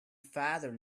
father